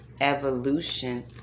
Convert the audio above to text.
evolution